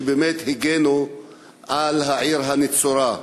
שבאמת הגנו על העיר הנצורה.